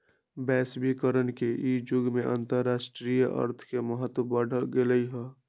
वैश्वीकरण के इ जुग में अंतरराष्ट्रीय अर्थ के महत्व बढ़ गेल हइ